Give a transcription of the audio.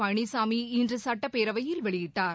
பழனிசாமி இன்று சட்டப்பேரவையில் வெளியிட்டார்